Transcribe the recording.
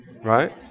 right